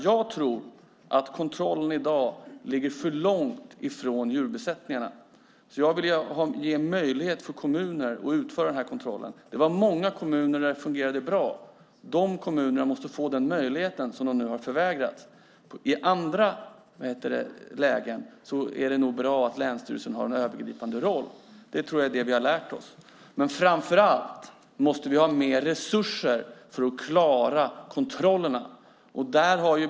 Jag tror att kontrollen i dag ligger för långt ifrån djurbesättningarna. Jag vill ge kommuner en möjlighet att utföra den här kontrollen. Det var många kommuner där det fungerade bra. De kommunerna måste få den möjlighet som de nu har förvägrats. I andra lägen är det nog bra att länsstyrelsen har en övergripande roll. Det tror jag att vi har lärt oss. Men framför allt måste vi ha mer resurser för att klara kontrollerna.